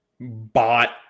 bot